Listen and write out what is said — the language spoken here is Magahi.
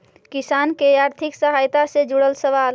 किसान के आर्थिक सहायता से जुड़ल सवाल?